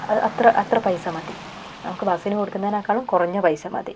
അത് അത്ര അത്ര പൈസ മതി നമുക്ക് ബസ്സിന് കൊടുക്കുന്നതിനേക്കാളും കുറഞ്ഞ പൈസ മതി